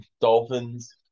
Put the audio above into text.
Dolphins